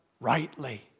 rightly